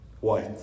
white